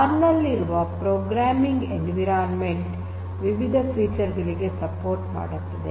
R ನಲ್ಲಿರುವ programming environment ವಿವಿಧ feature ಗಳಿಗೆ ಬೆಂಬಲಿಸುತ್ತದೆ